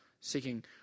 seeking